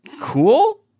Cool